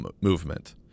movement